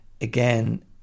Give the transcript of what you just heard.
again